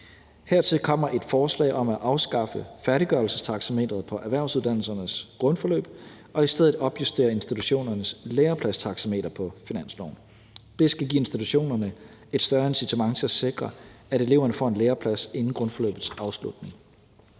Hertil kommer et forslag om at afskaffe færdiggørelsestaxameteret på erhvervsuddannelsernes grundforløb og i stedet opjustere institutionernes lærepladstaxameter på finansloven. Det skal give institutionerne et større incitament til at sikre, at eleverne får en læreplads inden grundforløbets afslutning.